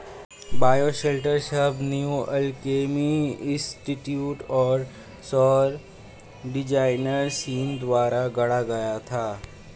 bioshelter शब्द New Alchemy Institute और सौर डिजाइनर सीन द्वारा गढ़ा गया था